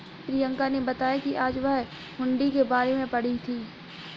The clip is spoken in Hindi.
प्रियंका ने बताया कि आज वह हुंडी के बारे में पढ़ी थी